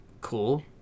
cool